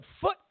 foot